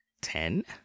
ten